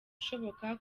ishoboka